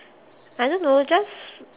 I don't know just